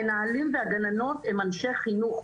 המנהלים והגננות הם אנשי חינוך.